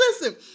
listen